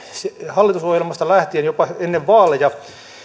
hallitusohjelmasta lähtien jopa ennen vaaleja